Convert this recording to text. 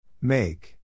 Make